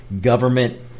government